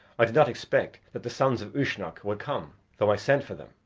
i did not expect that the sons of uisnech would come, though i sent for them,